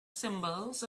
symbols